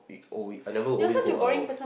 eh I never always go out